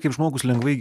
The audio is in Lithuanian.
kaip žmogus lengvai